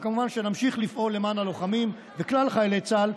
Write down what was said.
וכמובן שנמשיך לפעול למען הלוחמים וכלל חיילי צה"ל,